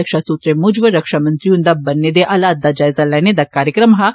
रक्षा सूत्रें मुजब रक्षामंत्री हुन्दा बन्नै दे हालात दा जायज़ा लैने दा कार्यक्रम हा